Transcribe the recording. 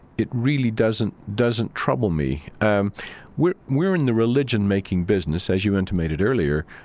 it really doesn't, doesn't trouble me um we're we're in the religion-making business, as you intimated earlier,